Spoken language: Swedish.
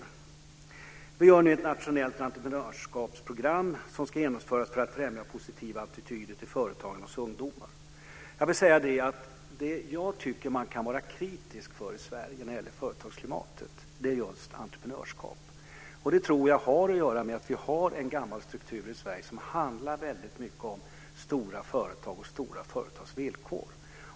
Vi utarbetar nu ett nationellt entreprenörskapsprogram som ska genomföras för att främja positiva attityder till företagande hos ungdomar. Det som jag tycker att man kan vara kritisk mot när det gäller företagsklimatet i Sverige är just inställningen till entreprenörskapet. Det tror jag har att göra med att vi har en gammal struktur i Sverige som väldigt mycket handlar om stora företag och stora företags villkor.